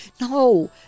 No